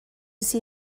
see